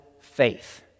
faith